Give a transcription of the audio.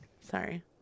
Sorry